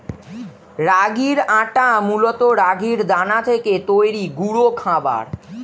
রাগির আটা মূলত রাগির দানা থেকে তৈরি গুঁড়ো খাবার